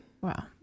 Wow